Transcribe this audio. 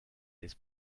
this